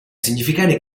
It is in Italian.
significare